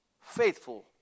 faithful